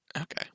Okay